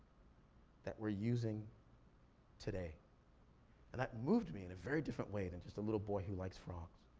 that we're using today. and that moved me in a very different way than just a little boy who likes frogs.